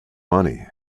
money